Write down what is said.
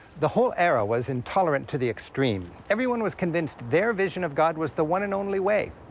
the whole era was intolerant to the extreme. everyone was convinced their vision of god was the one and only way.